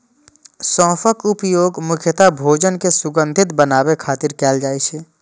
सौंफक उपयोग मुख्यतः भोजन कें सुगंधित बनाबै खातिर कैल जाइ छै